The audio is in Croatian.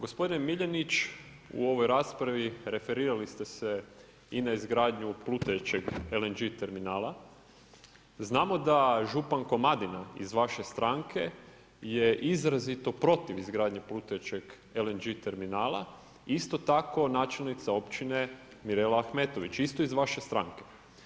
Gospodine Miljenić, u ovoj raspravi referirali ste se i na izgradnju plutajućeg LNG terminala, znamo da župan Komadina iz vaše stranke je izrazito protiv izgradnje plutajućeg LNG terminala, isto tako načelnica općine Mirela Ahmetović, isto iz vaše stranke.